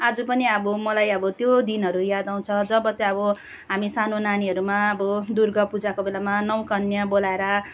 आज पनि अब मलाई अब त्यो दिनहरू याद आउँछ जब चाहिँ अब हामी सानो नानीहरूमा अब दुर्गा पूजाको बेलामा नौ कन्या बोलाएर